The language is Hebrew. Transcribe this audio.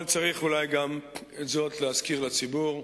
אבל צריך אולי גם את זאת להזכיר לציבור,